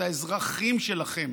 את האזרחים שלכם,